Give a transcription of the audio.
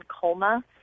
colma